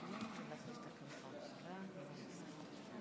על ההצהרה)